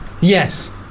Yes